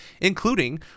including